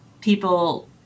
people